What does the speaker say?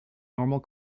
normal